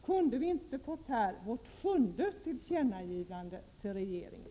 Kunde vi inte här ha fått ett sjunde tillkännagivande till regeringen?